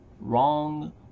Wrong